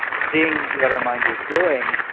seeing what our mind is doing?